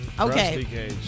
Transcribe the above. Okay